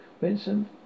Vincent